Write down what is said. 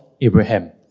Abraham